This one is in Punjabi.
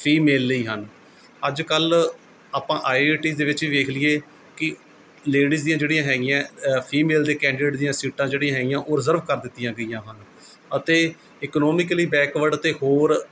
ਫੀਮੇਲ ਲਈ ਹਨ ਅੱਜ ਕੱਲ੍ਹ ਆਪਾਂ ਆਈਆਈਟੀਜ਼ ਦੇ ਵਿੱਚ ਵੇਖ ਲਈਏ ਕਿ ਲੇਡੀਜ਼ ਦੀਆਂ ਜਿਹੜੀਆਂ ਹੈਗੀਆਂ ਫੀਮੇਲ ਦੇ ਕੈਂਡੀਡੇਟ ਦੀਆਂ ਸੀਟਾਂ ਜਿਹੜੀਆ ਹੈਗੀਆਂ ਉਹ ਰਿਜ਼ਰਵ ਕਰ ਦਿੱਤੀਆਂ ਗਈਆਂ ਹਨ ਅਤੇ ਇਕਨੋਮੀਕਲੀ ਬੈਕਵਰਡ ਅਤੇ ਹੋਰ